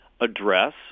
address